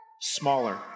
smaller